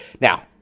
Now